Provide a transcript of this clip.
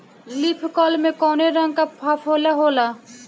Leaf curl में कौने रंग का फफोला होला?